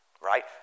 right